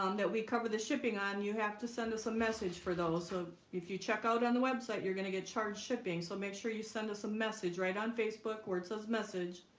that we cover the shipping on you have to send us a message for those so if you check out on the website, you're going to get charged shipping so make sure you send us a message right on facebook where it says message